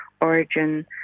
origin